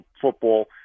football